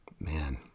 man